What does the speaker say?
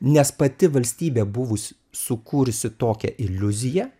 nes pati valstybė buvus sukūrusi tokią iliuziją